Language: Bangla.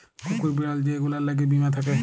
কুকুর, বিড়াল যে গুলার ল্যাগে বীমা থ্যাকে